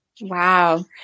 Wow